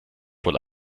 wohl